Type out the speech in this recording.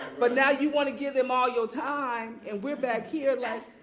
but now you want to give them all your time and we're back here like.